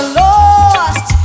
lost